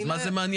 אז מה זה מעניין?